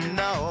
no